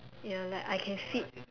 ya like I can fit